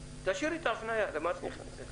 אני שואל את